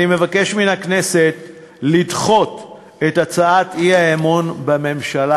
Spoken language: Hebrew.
אני מבקש מן הכנסת לדחות את הצעות האי-אמון בממשלה.